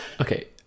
Okay